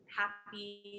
happy